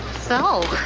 so